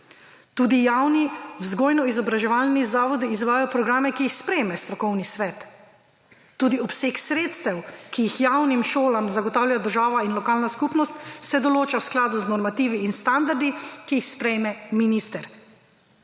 Tudi javni vzgojno-izobraževalni zavodi izvajajo programe, ki jih sprejme strokovni svet. Tudi obseg sredstev, ki jih javnim šolam zagotavljajo država in lokalna skupnost, se določa v skladu z normativi in standardi, ki jih sprejme minister.